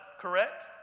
correct